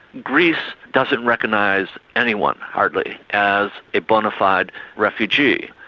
greece doesn't recognise anyone hardly as a bona fide refugee.